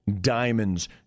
diamonds